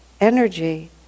energy